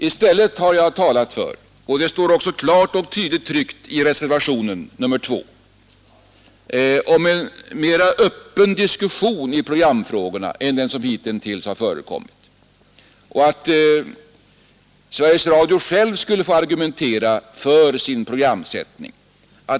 I stället har jag talat för — det står också klart och tydligt tryckt i reservationen 2 — en mera öppen diskussion av programfrågorna än den som hittills förekommit. Sveriges Radio skall självt få argumentera för sin programsättning.